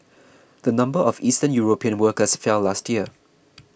the number of Eastern European workers fell last year